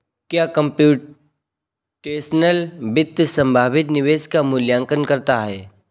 क्या कंप्यूटेशनल वित्त संभावित निवेश का मूल्यांकन करता है?